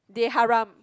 they haram